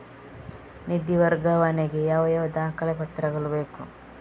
ನಿಧಿ ವರ್ಗಾವಣೆ ಗೆ ಯಾವ ಯಾವ ದಾಖಲೆ ಪತ್ರಗಳು ಬೇಕು?